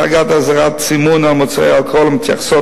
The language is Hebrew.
הצגת אזהרת סימון על מוצרי אלכוהול המתייחסות